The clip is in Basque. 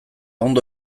ondo